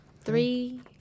Three